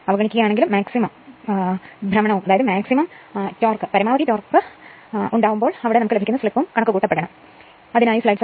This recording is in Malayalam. അവഗണിക്കുക ആണെങ്കിലും മാക്സിമം ഭ്രമണവും നടക്കുമ്പോൾ ഉണ്ടാവുന്ന സ്ലിപ്പും കണക്കുകൂട്ടപ്പെടുമലോ